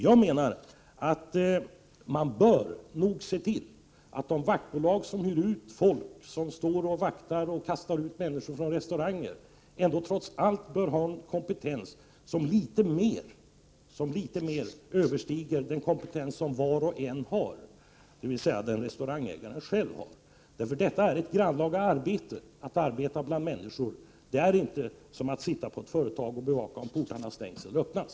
Jag menar att man bör se till att de vaktbolag som hyr ut personer för att de 17 skall vakta restauranger och kasta ut människor därifrån ändå bör ha en kompetens som något överstiger den kompetens som var och en har, dvs. den kompetens som restaurangägaren själv har. Att arbeta bland människor är ett grannlaga arbete. Det är inte som att sitta på ett företag och bevaka om portarna stängs eller öppnas.